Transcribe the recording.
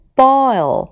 boil。